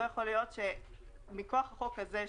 לא יכול להיות שמכוח החוק הזה,